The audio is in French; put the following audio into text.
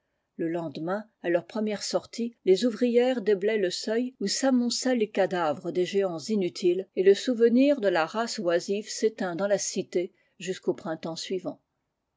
le lendemain à leur première sortie les ouvrières déblayent le seuil où s'amoncellent les cadavres des géants inutiles et le souvenir de la race oisive s'éteint dans la cité jusqu'au printemps suivant